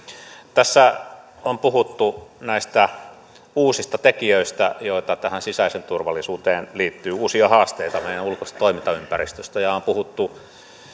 tässä on puhuttu näistä uusista tekijöistä joita tähän sisäiseen turvallisuuteen liittyy uusia haasteita meidän ulkoisesta toimintaympäristöstämme on on puhuttu